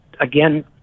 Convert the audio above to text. again